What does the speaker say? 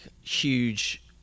huge